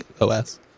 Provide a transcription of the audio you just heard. OS